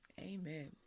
Amen